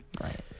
right